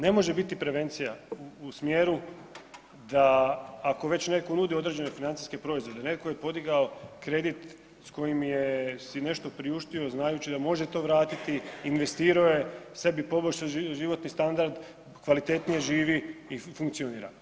Ne može biti prevencija u smjeru da ako već neko nudi određene financijske proizvode, neko ko je podigao kredit s kojim si je nešto priuštio znajući da može to vratiti, investirao je, sebi poboljšao životni standard, kvalitetnije živi i funkcionira.